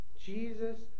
Jesus